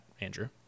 Andrew